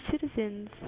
citizens